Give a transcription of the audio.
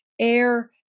air